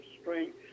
strength